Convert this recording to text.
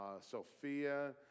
Sophia